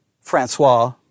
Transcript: Francois